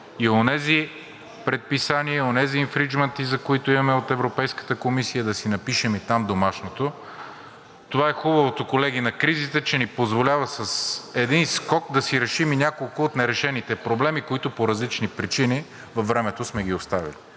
и онези предписания, и онези инфрийджмънти, за които имаме – от Европейската комисия, да си напишем и там домашното. Това е хубавото, колеги, на кризите, че ни позволяват с един скок да си решим няколко от нерешените проблеми, които по различни причини във времето сме ги оставили.